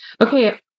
Okay